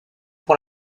pour